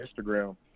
instagram